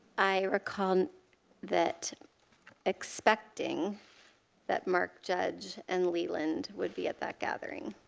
i recall that expecting that mark judge and leland would be at that gathering.